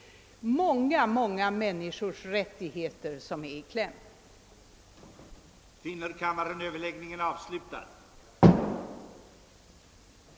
Förslag om utredningar rörande åtgärder för att åstadkomma ökad företagsdemokrati hade väckts i ett antal motioner, vilka här behandlades i ett sammanhang. Dessa var